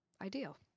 Ideal